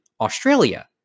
Australia